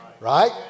Right